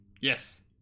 Yes